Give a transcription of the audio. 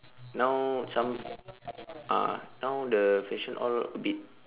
now some ah now the fashion all a bit